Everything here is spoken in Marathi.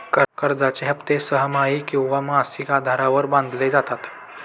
कर्जाचे हप्ते सहामाही किंवा मासिक आधारावर बांधले जातात